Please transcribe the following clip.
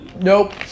Nope